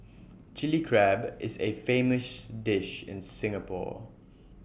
Chilli Crab is A famous dish in Singapore